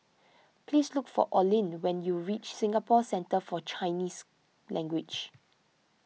please look for Oline when you reach Singapore Centre for Chinese Language